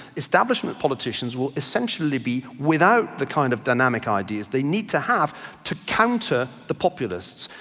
establishment politicians will essentially be without the kind of dynamic ideas they need to have to counter the populists.